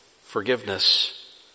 forgiveness